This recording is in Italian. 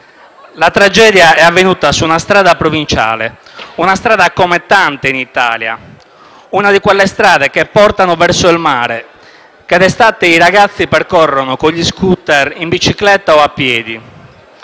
La tragedia è avvenuta su una strada provinciale; una strada come tante in Italia, una di quelle strade che portano verso il mare, che d'estate i ragazzi percorrono con gli *scooter*, in bicicletta o a piedi.